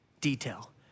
detail